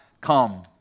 Come